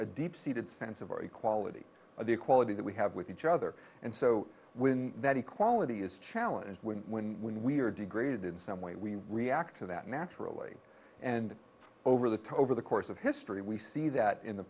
a deep seated sense of our equality of the equality that we have with each other and so when that equality is challenge when when when we are degraded in some way we react to that naturally and over the top over the course of history we see that in the